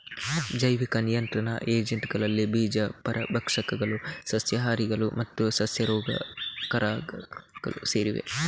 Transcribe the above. ಜೈವಿಕ ನಿಯಂತ್ರಣ ಏಜೆಂಟುಗಳಲ್ಲಿ ಬೀಜ ಪರಭಕ್ಷಕಗಳು, ಸಸ್ಯಹಾರಿಗಳು ಮತ್ತು ಸಸ್ಯ ರೋಗಕಾರಕಗಳು ಸೇರಿವೆ